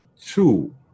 Two